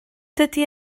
dydy